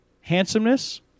handsomeness